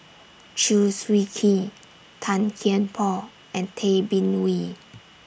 Chew Swee Kee Tan Kian Por and Tay Bin Wee